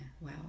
Wow